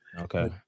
okay